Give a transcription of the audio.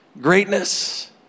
greatness